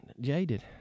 jaded